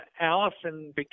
Allison